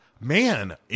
Man